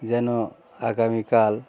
যেন আগামীকাল